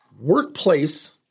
Workplace